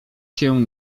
się